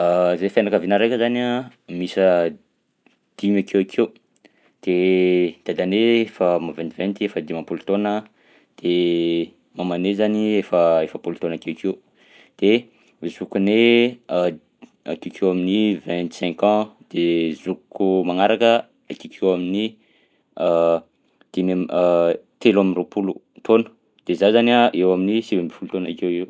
Zahay fianakaviana raika zany a miisa dimy akeokeo, de dadanay efa maventiventy efa dimampolo taona de mamanay zany efa efapolo taona akeokeo de zokinay a- akeokeo amin'ny vingt cinq ans de zokiko magnaraka akeokeo amin'ny dimy amb- telo amby roapolo taona, de za zany eo amin'ny sivy amby folo taona akeoeo.